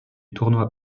tournoi